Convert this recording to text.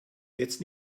jetzt